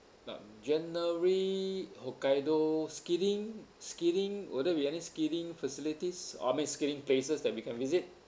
uh generally hokkaido skiing skiing will there be any skiing facilities I mean skiing places that we can visit